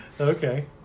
okay